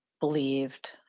believed